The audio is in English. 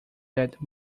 that